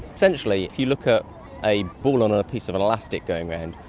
essentially. if you look at a ball on a piece of and elastic going around,